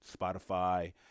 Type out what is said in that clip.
Spotify